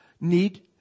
need